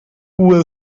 who